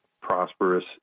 prosperous